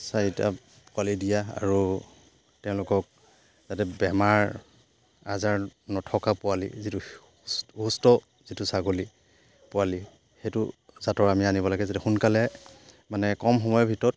চাৰিটা পোৱালি দিয়া আৰু তেওঁলোকক যাতে বেমাৰ আজাৰ নথকা পোৱালি যিটো সুস্থ যিটো ছাগলী পোৱালি সেইটো জাতৰ আমি আনিব লাগে যাতে সোনকালে মানে কম সময়ৰ ভিতৰত